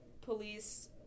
police